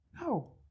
No